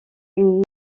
une